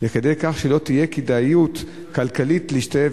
לכדי כך שלא תהיה כדאיות כלכלית להשתלב